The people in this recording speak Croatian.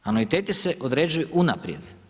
Anuiteti se određuju unaprijed.